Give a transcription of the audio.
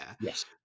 Yes